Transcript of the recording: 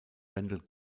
randall